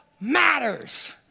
matters